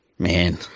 Man